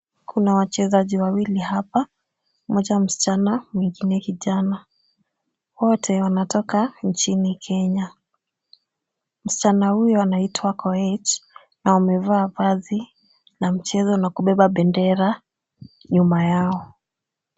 Kuna wachezaji wawili hapa mmoja msichana mwingine kijana. Wote wanatoka nchini Kenya. Msichana huyu anaitwa Koech na amevaa vazi la mchezo na kubeba bendera nyuma yao.